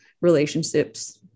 relationships